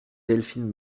delphine